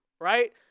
right